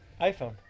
iPhone